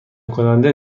کننده